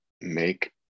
make